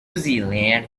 zealand